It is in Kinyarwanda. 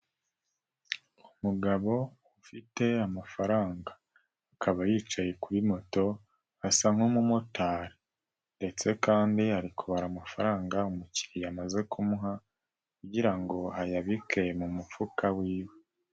Umugabo ufite amafaranga akaba yicaye kuri moto asa nk'umumotari ndetse kandi ari kubara amafaranga umukiriya amaze kumuha kugira ngo ayabike mu mufuka wiwe.